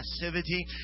passivity